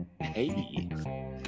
Hey